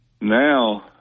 now